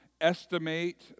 estimate